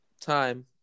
time